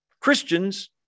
Christians